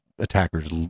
attacker's